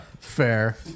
Fair